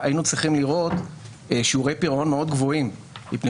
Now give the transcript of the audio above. היינו צריכים לראות שיעורי פירעון גבוהים מאוד מפני